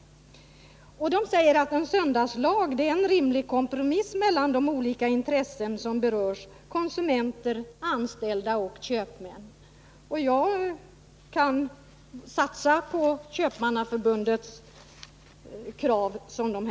Köpmannaförbundet säger att en söndagslag är en rimlig kompromiss mellan de olika intressen som berörs: konsumenter, anställda och köpmän. Jag kan för min del satsa på de krav som Köpmannaförbundet här ställer.